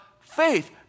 faith